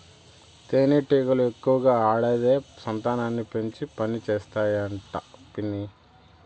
తేనెటీగలు ఎక్కువగా ఆడదే సంతానాన్ని పెంచి పనిచేస్తాయి అంట పిన్ని